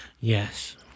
Yes